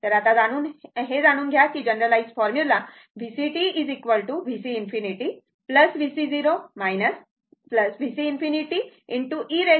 तर आता हे जाणून घ्या की generalise formula VCt VC ∞ VC0 VC∞ e ttau